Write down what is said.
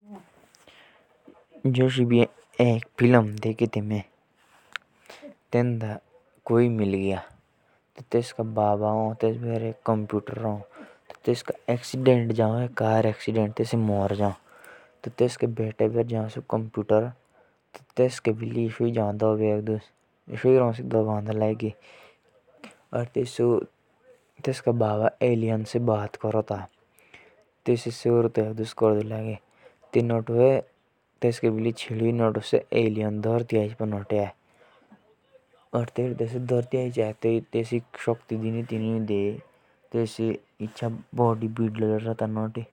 जोश में एक फिल्म देखे 'कोई मिल गया'। तो तेंडे एक आदमी हो जिस बेर एक कंप्यूटर हो जेठली से एलियन के साथ बात करो। ताई एक दिन तेसका एक्सीडेंट हो और मोर जाओ तेतके बाद तेसका बेटा गलती से सैज कंप्यूटर छेड़ो और एलियनो की गलती से धरतीयाच बईड़ी।